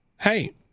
hey